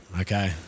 okay